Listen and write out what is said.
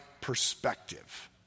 perspective